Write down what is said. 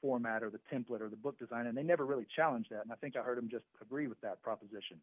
format of the template or the book design and they never really challenge that and i think i heard him just could read with that proposition